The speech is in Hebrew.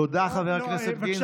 תודה, חבר הכנסת גינזבורג.